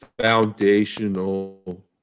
foundational